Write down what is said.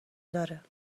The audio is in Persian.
داره